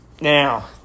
Now